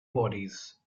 bodies